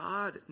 God